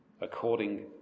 according